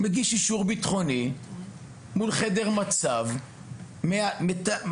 הוא מגיש אישור ביטחוני מול חדר מצב ומספר